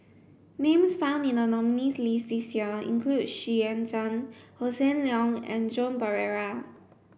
names found in the nominees' list this year include Xu Yuan Zhen Hossan Leong and Joan Pereira